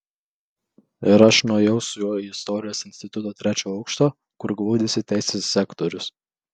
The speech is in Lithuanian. ir aš nuėjau su juo į istorijos instituto trečią aukštą kur glaudėsi teisės sektorius